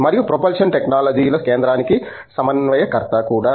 మరియు ప్రొపల్షన్ టెక్నాలజీల కేంద్రానికి సమన్వయకర్త కూడా